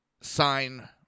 sign